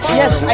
yes